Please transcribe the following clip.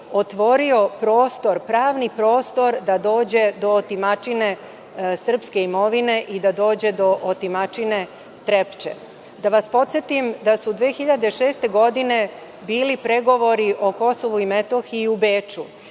prostor, pravni prostor da dođe do otimačine srpske imovine i da dođe do otimačine Trepče. Da vas podsetim da su 2006. godine bili pregovori o KiM u Beču.